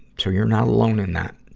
so you're not alone in that.